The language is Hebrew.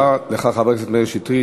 תודה רבה לך, חבר הכנסת מאיר שטרית.